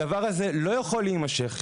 הדבר הזה לא יכול להימשך.